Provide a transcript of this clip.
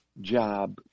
job